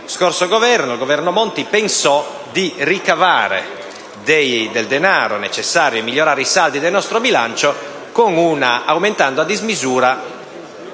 il Governo Monti pensò di ricavare del denaro, necessario a migliorare i saldi del nostro bilancio, aumentando a dismisura